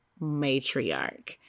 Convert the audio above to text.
matriarch